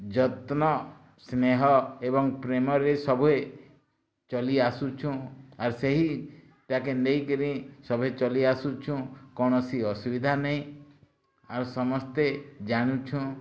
ଯତ୍ନ ସ୍ନେହ ଏବଂ ପ୍ରେମରେ ସବୁ ଏ ଚଲି ଆସୁଛୁଁ ଆର୍ ସେହି ଟାକେ ନେଇକିରି ସଭି ଚଲି ଆସୁଚୁଁ କୌଣସି ଅସୁବିଧା ନେଇଁ ଆଉ ସମସ୍ତେ ଜାନୁଛୁଁ